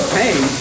pain